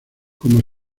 como